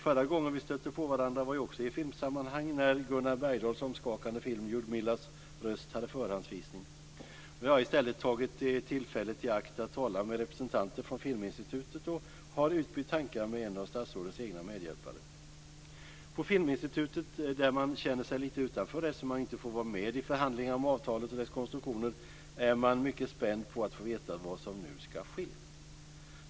Förra gången vi stötte på varandra var i filmsammanhang, när Gunnar Bergdahls omskakande film Ljudmilas röst hade förhandsvisning. Jag har i stället tagit tillfället i akt att tala med representanter från Filminstitutet och har utbytt tankar med en av statsrådets egna medarbetare. På Filminstitutet, där man känner sig lite utanför eftersom man inte får vara med i förhandlingarna om avtalet och dess konstruktion, är man mycket spänd på att få veta vad som nu ska ske.